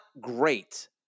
great